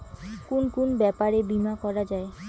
কুন কুন ব্যাপারে বীমা করা যায়?